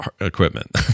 equipment